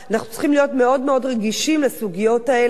אנחנו צריכים להיות מאוד מאוד רגישים לסוגיות האלה,